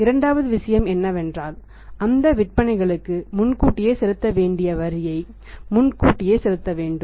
இரண்டாவது விஷயம் என்னவென்றால் அந்த விற்பனைகளுக்கு முன்கூட்டியே செலுத்த வேண்டிய வரியை முன்கூட்டியே செலுத்த வேண்டும்